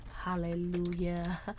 Hallelujah